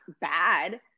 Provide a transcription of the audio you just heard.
bad